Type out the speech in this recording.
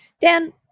Dan